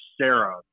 Sarah